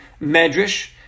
Medrash